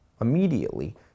immediately